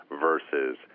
versus